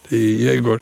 tai jeigu